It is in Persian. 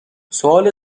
سوال